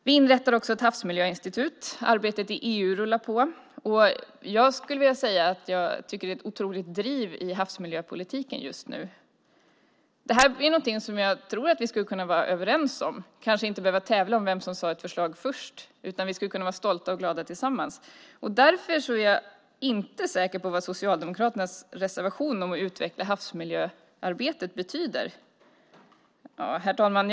Vi inrättar också ett havsmiljöinstitut. Arbetet i EU rullar på. Jag skulle vilja säga att jag tycker att det är ett otroligt driv i havsmiljöpolitiken just nu. Det här är någonting som jag tror att vi skulle kunna vara överens om. Vi skulle kanske inte behöva tävla om vem som kom med ett förslag först, utan vi skulle kunna vara stolta och glada tillsammans. Jag inte säker på vad Socialdemokraternas reservation om att utveckla havsmiljöarbetet betyder. Herr talman!